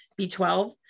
B12